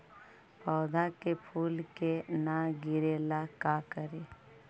पौधा के फुल के न गिरे ला का करि?